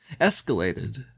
escalated